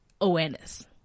awareness